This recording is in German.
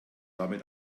damit